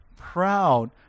proud